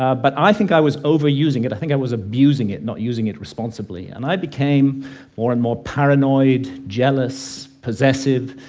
ah but i think i was overusing it, i think i was abusing it, not using it responsibly. and i became more and more paranoid, jealous, possessive,